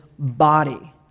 body